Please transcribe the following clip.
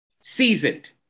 Seasoned